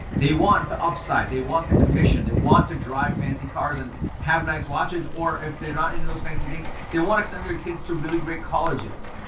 they want the upside. they want the commission. they want to drive fancy cars and have nice watches, or if they're not into those fancy things, they wanna send their kids to really great colleges.